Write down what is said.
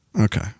Okay